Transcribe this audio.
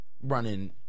Running